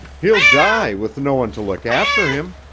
he'll die with no one to look after him!